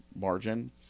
margin